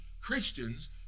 Christians